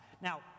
Now